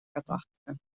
katachtigen